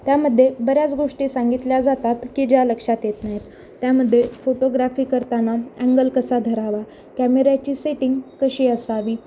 त्यामध्ये बऱ्याच गोष्टी सांगितल्या जातात की ज्या लक्षात येत नाहीत त्यामध्ये फोटोग्राफी करताना अँगल कसा धरावा कॅमेऱ्याची सेटिंग कशी असावी